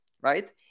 right